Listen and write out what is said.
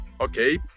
Okay